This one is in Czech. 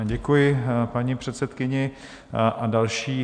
Děkuji paní předsedkyni a další...